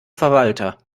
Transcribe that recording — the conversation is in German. verwalter